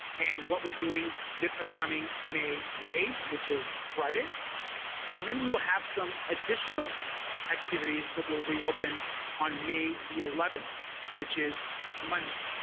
and what we're doing this upcoming may the eighth which is friday and then we will have some additional activities that will reopen on may the eleventh which is monday